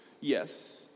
yes